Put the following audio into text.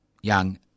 young